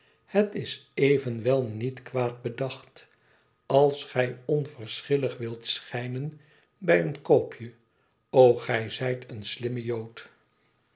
het is evenwel niet kwaad bedacht als gij onverschillig wilt schijnen bij een koopje o gij zijt een slimme jood